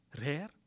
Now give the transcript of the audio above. Rare